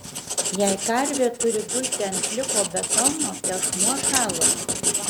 jei karvė turi gulti ant pliko betono tešmuo šąla